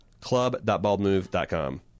club.baldmove.com